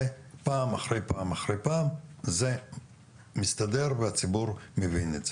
ופעם אחרי פעם אחרי פעם זה מסתדר והציבור מבין את זה.